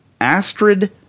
Astrid